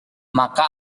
maka